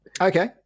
Okay